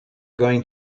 going